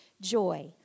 joy